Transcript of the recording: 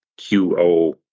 QO